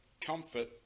comfort